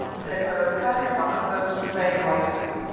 debo, paddy's one of the most acclaimed writers.